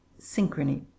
synchrony